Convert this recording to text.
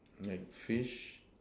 like fish